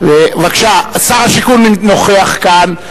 בבקשה, שר השיכון והבינוי נוכח כאן,